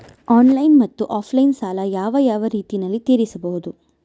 Online ಮತ್ತೆ offline ಸಾಲ ಯಾವ ಯಾವ ರೇತಿನಲ್ಲಿ ತೇರಿಸಬಹುದು?